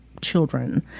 children